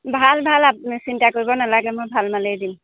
ভাল ভাল আপুনি চিন্তা কৰিব নেলাগে মই ভাল মালেই দিম